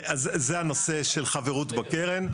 אז זה הנושא של חברות בקרן.